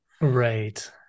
Right